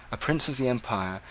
a prince of the empire,